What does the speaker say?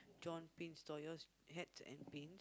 John Pin store yours hats and pins